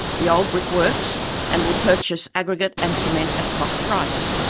the old brickworks and will purchase aggregate and cement at cost price.